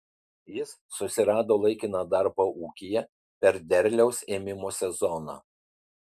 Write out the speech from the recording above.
jis susirado laikiną darbą ūkyje per derliaus ėmimo sezoną